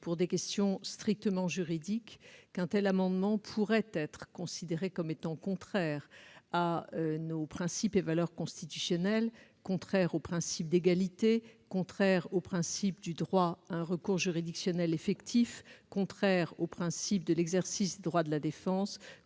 sur un plan strictement juridique, qu'un tel amendement pourrait être considéré comme contraire à nos principes et valeurs constitutionnels, contraire au principe d'égalité, contraire au principe du droit à un recours juridictionnel effectif, contraire au principe de l'exercice des droits de la défense,